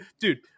Dude